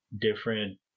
different